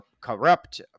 corrupt